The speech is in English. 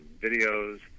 videos